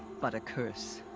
but a curse.